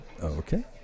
Okay